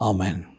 Amen